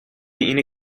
اینه